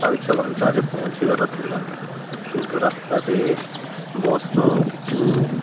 ପାଞ୍ଚ ଘଣ୍ଟାରେ ପହଞ୍ଚିବାର ଥିଲା କିନ୍ତୁ ରାସ୍ତାରେ ବସ୍ର କିଛି